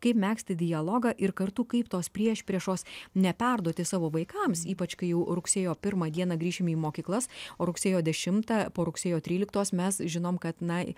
kaip megzti dialogą ir kartu kaip tos priešpriešos neperduoti savo vaikams ypač kai jau rugsėjo pirmą dieną grįšime į mokyklas o rugsėjo dešimtą po rugsėjo tryliktos mes žinom kad na